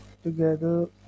together